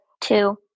two